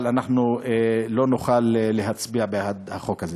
לא נוכל להצביע בעד החוק הזה.